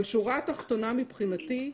בשורה התחתונה, מבחינתי,